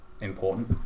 important